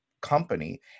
company